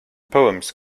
poems